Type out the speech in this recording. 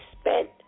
spent